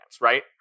right